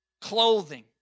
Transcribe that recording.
clothing